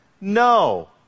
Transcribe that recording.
No